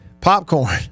popcorn